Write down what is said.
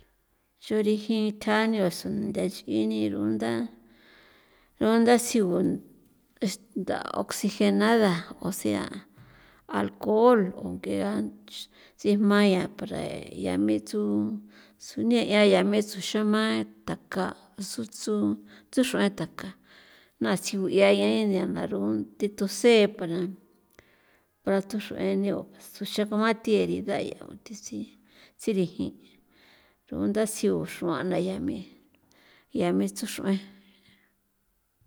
Chu rijin tjaño son nthachꞌi ni runda runda sigu este nda oxigenada o sea alcohol o ng'ea sijma ya para ya me tsu tsuneꞌa ya me tsuxan mataka su tsuxr'uen taka na sigu'ia ya aro thi tusee para tuxrꞌuen ni o xema kathi herida tayao thi sirinjin rugunda sigu xruan na ya me ya me tsuxr'uen.